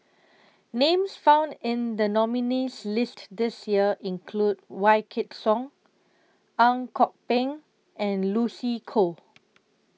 Names found in The nominees' list This Year include Wykidd Song Ang Kok Peng and Lucy Koh